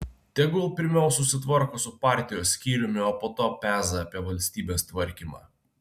tegul pirmiau susitvarko su partijos skyriumi o po to peza apie valstybės tvarkymą